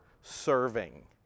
serving